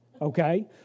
Okay